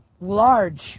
large